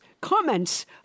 comments